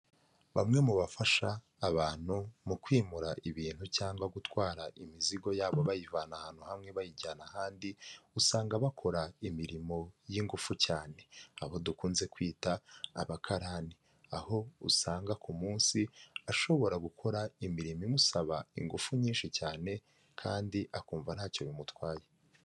Bamwe mu bafasha abantu mu kwimura ibintu cyangwa gutwara imizigo yabo bayivana ahantu hamwe bayijyana ahandi, usanga bakora imirimo y'ingufu cyane, abo dukunze kwita abakarani, aho usanga ku munsi ashobora gukora imirimo imusaba ingufu nyinshi cyane kandi akumva ntacyo bimutwaye.